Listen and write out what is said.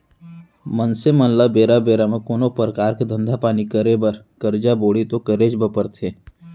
मनसे मन ल बेरा बेरा म कोनो परकार के धंधा पानी करे बर करजा बोड़ी तो करेच बर परथे